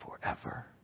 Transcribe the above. forever